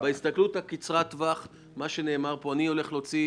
אני הולך להוציא